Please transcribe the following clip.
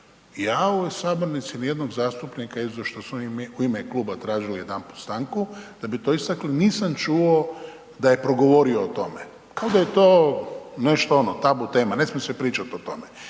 ovoj sabornici nijednog zastupnika izuzev što su oni u ime kluba tražili jedanput stanku a bi to istakli, nisam čuo da je progovorio o tome, kao da je to nešto ono, tabu tema, ne smije se pričati o tome.